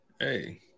Hey